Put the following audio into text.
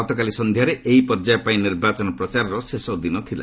ଗତକାଲି ସନ୍ଧ୍ୟାରେ ଏହି ପର୍ଯ୍ୟାୟ ପାଇଁ ନିର୍ବାଚନ ପ୍ରଚାରର ଶେଷ ଦିନ ଥିଲା